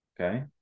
okay